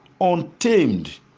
untamed